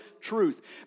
truth